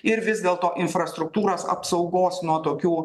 ir vis dėlto infrastruktūros apsaugos nuo tokių